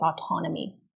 autonomy